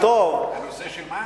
הנושא שמה?